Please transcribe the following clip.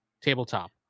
tabletop